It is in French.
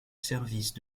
services